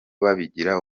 babigira